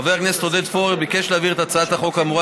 חבר הכנסת עודד פורר ביקש להעביר את הצעת החוק האמורה